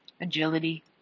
Agility